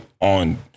on